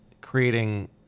creating